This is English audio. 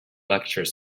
lecture